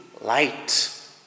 light